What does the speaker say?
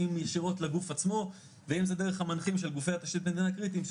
אם ישירות לגוף עצמו ואם זה דרך המנחים של גופי תשתיות המדינה הקריטיים,